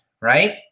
right